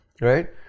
right